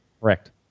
Correct